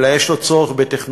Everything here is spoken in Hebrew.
אלא יש לו צורך בטכנולוגיות,